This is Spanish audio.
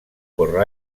por